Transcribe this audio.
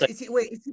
Wait